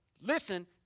listen